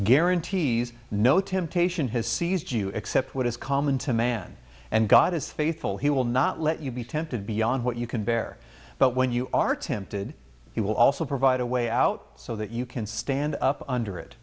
guarantees no temptation has seized you except what is common to man and god is faithful he will not let you be tempted beyond what you can bear but when you are tempted he will also provide a way out so that you can stand up under it